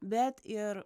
bet ir